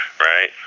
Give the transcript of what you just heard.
right